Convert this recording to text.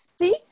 See